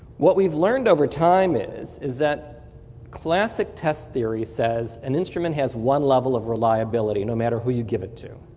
what we've learned over time is, is that classic test theory says an instrument has one level of reliability no matter who you give it to.